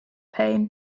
pain